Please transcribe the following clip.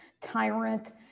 tyrant